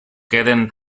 queden